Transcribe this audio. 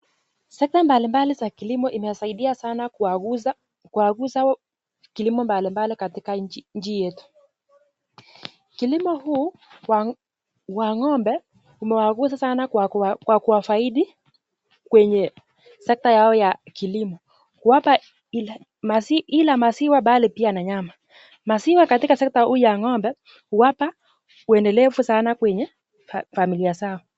Sekta mbalimbali za kilimo imesaidia sana kuwaguza kuwaguza kilimo mbalimbali katika nchi yetu. Kilimo huu wa ng'ombe umewagusa sana kwa kuwafaaidi kwenye sekta yao ya kilimo. Kuwapa ila maziwa bali pia na nyama. Maziwa katika sekta hii ya ng'ombe huwapa uendelefu sana kwenye familia zao.